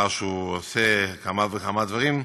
לאחר שהוא עושה כמה וכמה דברים,